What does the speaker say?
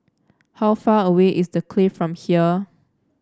how far away is The Clift from here